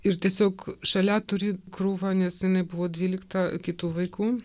ir tiesiog šalia turi krūvą nes jinai buvo dvylikta kitų vaikų